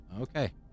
Okay